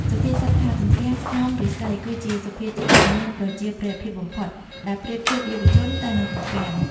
សុភាសិតថា «ទំពាំងស្នងឫស្សី» គឺជាសុភាសិតដ៏មានប្រជាប្រិយភាពបំផុត ដែលប្រៀបធៀបយុវជនទៅនឹងទំពាំង។